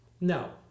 No